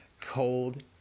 cold